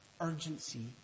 urgency